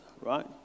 right